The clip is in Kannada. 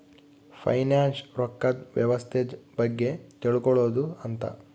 ಫೈನಾಂಶ್ ರೊಕ್ಕದ್ ವ್ಯವಸ್ತೆ ಬಗ್ಗೆ ತಿಳ್ಕೊಳೋದು ಅಂತ